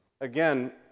again